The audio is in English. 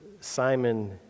Simon